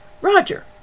Roger